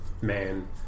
man